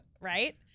Right